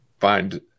find